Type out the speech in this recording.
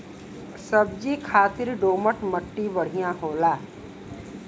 सब्जी खातिर दोमट मट्टी बढ़िया होला